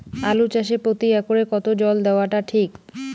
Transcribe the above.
আলু চাষে প্রতি একরে কতো জল দেওয়া টা ঠিক?